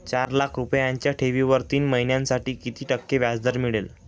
चार लाख रुपयांच्या ठेवीवर तीन महिन्यांसाठी किती टक्के व्याजदर मिळेल?